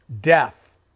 death